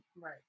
Right